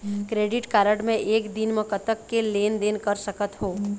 Credit card मे एक दिन म कतक के लेन देन कर सकत हो?